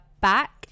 back